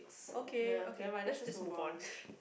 okay okay let's just move on